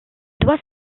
doit